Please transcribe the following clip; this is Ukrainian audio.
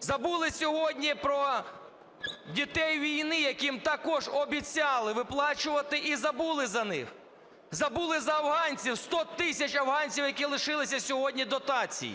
Забули сьогодні про дітей війни, яким також обіцяли виплачувати, і забули за них. Забули за афганців: 100 тисяч афганців, які лишилися сьогодні дотацій.